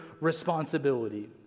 responsibility